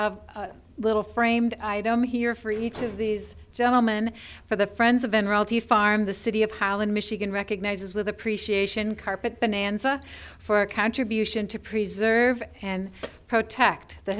have a little framed here for each of these gentlemen for the friends of the farm the city of holland michigan recognizes with appreciation carpet bonanza for our contribution to preserve and protect the